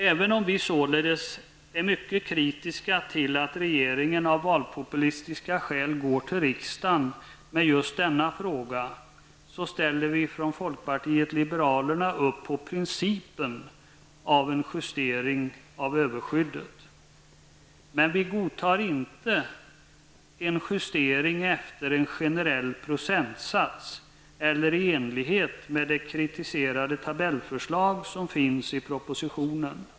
Även om vi således är mycket kritiska till att regeringen av valpopulistiska skäl går till riksdagen med just denna fråga, ställer vi från folkpartiet liberalerna upp på principen om justering av överskyddet. Men vi godtar inte en justering efter en generell procentsats eller i enlighet med det kritiserade tabellförslag som finns i propositionen.